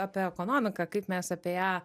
apie ekonomiką kaip mes apie ją